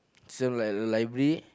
this one like library